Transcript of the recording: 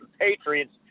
Patriots